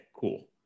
cool